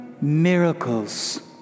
miracles